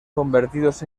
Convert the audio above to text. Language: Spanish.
convertidos